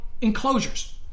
enclosures